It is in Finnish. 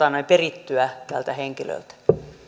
perittyä tältä henkilöltä